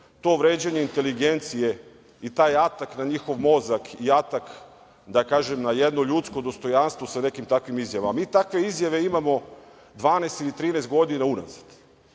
to vređanje inteligencije i taj atak na njihov mozak i atak da kažem na jedno ljudsko dostojanstvo sa nekim takvim izjavama. Mi takve izjave imamo 12 i 13 godina unazad